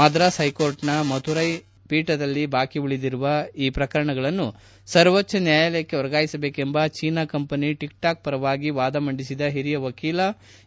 ಮಧ್ರಾಸ್ ಪೈಕೋರ್ಟ್ನ ಮಥುರೈ ಪೀಠದಲ್ಲಿ ಬಾಕಿ ಉಳಿದಿರುವ ಎಲ್ಲ ಪ್ರಕರಣಗಳನ್ನು ಸರ್ವೋಚ್ಟ ನ್ವಾಯಾಲಯಕ್ಕೆ ವರ್ಗಾಯಿಸಬೇಕೆಂಬ ಚೀನಾ ಕಂಪನಿ ಟಿಕ್ಟೋಕ್ ಪರವಾಗಿ ವಾದ ಮಂಡಿಸಿದ ಹಿರಿಯ ವಕೀಲ ಎ